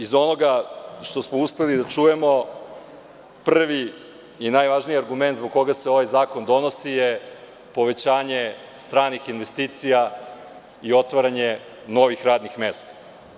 Iz ovoga što smo uspeli da čujemo, prvi i najvažniji argument zbog koga se ovaj zakon donosi jeste povećanje stranih investicija i otvaranje novih radnih mesta.